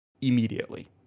immediately